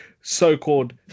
so-called